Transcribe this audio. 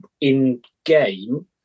in-game